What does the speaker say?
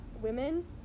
women